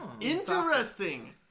Interesting